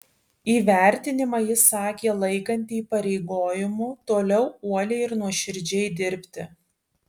įvertinimą ji sakė laikanti įpareigojimu toliau uoliai ir nuoširdžiai dirbti